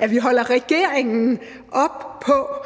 at vi holder regeringen op på,